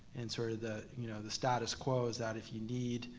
and sort of the you know the status quo is that if you need,